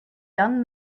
young